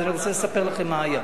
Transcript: אני רוצה לספר לכם מה היה.